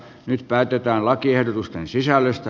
nyt päätetään lakiehdotusten sisällöstä